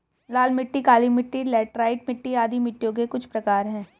लाल मिट्टी, काली मिटटी, लैटराइट मिट्टी आदि मिट्टियों के कुछ प्रकार है